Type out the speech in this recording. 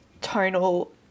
tonal